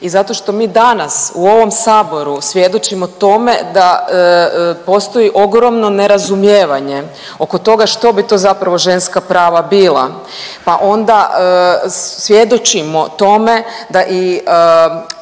i zato što mi danas u ovom saboru svjedočimo tome da postoji ogromno nerazumijevanje oko toga što bi to zapravo ženska prava bila, pa onda svjedočimo tome da i